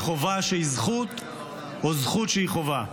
חובה שהיא זכות או זכות שהיא חובה?